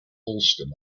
allston